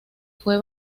fue